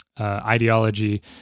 ideology